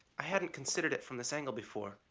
i hadn't considered it from this angle before.